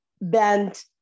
bent